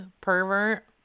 pervert